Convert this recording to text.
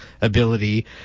ability